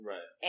Right